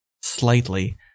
slightly